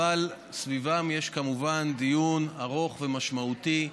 אבל סביבם יש כמובן דיון ארוך ומשמעותי,